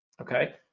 Okay